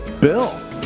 Bill